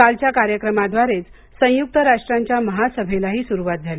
कालच्या कार्यक्रमाद्वारेच संयुक्त राष्ट्रांच्या महासभेलाही सुरुवात झाली